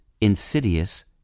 insidious